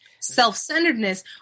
self-centeredness